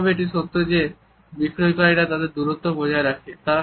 একইভাবে এটি সত্য যে বিক্রয়কারীরা তাদের দূরত্ব বজায় রাখে